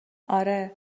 اره